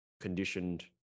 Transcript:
conditioned